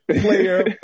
player